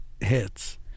hits